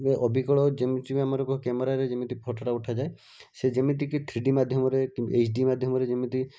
ପୂରା ଅବିକଳ ଯେମିତି ବି ଆମର କୁହ କ୍ୟାମେରାରେ ଯେମିତି ଫୋଟୋଟା ଉଠାଯାଏ ସେ ଯେମିତିକି ଥ୍ରୀ ଡି଼ ମାଧ୍ୟମରେ କି ଏଚ୍ ଡି ମାଧ୍ୟମରେ ଯେମିତି